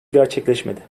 gerçekleşmedi